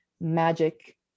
magic